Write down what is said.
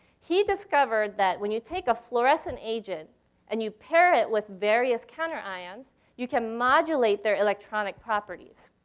he discovered that when you take a fluorescent agent and you pair it with various counter-ions, you can modulate their electronic properties.